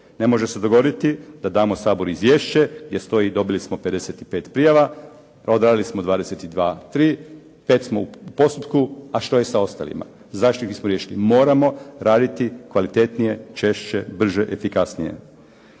Ne može se dogoditi da damo u Sabor izvješće, gdje stoji dobili smo 55 prijava, a odradili smo 22, 3, pet smo u postupku, a što je sa ostalima? Zašto ih nismo riješili? Moramo raditi kvalitetnije, češće, brže, efikasnije.